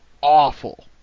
awful